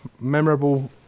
memorable